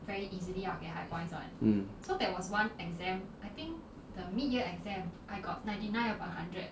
mm